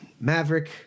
Maverick